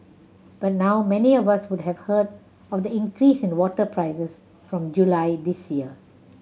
by now many of us would have heard of the increase in water prices from July this year